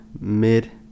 mid